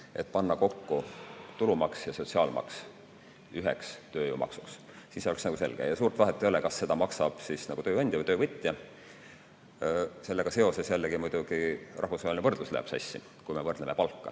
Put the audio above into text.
panna kokku tulumaks ja sotsiaalmaks üheks tööjõumaksuks, siis oleks selgem. Ja suurt vahet ei ole, kas seda maksab tööandja või töövõtja. Sellega seoses jällegi muidugi rahvusvaheline võrdlus läheb sassi, kui me võrdleme palka.